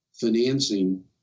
financing